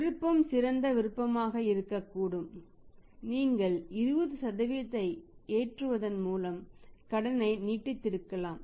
விருப்பம் சிறந்த விருப்பமாக இருக்கக்கூடும் நீங்கள் 20 ஐ ஏற்றுவதன் மூலம் கடனை நீட்டித்திருக்கலாம்